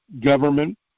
government